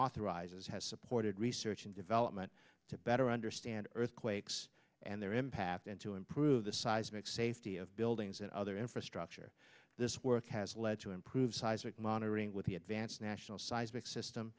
reauthorizes has supported research and development to better understand earthquakes and their impact and to improve the seismic a fee of buildings and other infrastructure this work has lead to improved seismic monitoring with the advance national seismic system